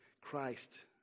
Christ